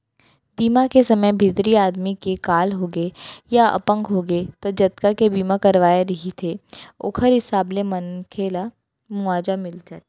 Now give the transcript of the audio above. बीमा के समे भितरी आदमी के काल होगे या अपंग होगे त जतका के बीमा करवाए रहिथे ओखर हिसाब ले मनसे ल मुवाजा मिल जाथे